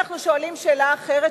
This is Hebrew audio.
אנחנו שואלים שאלה אחרת,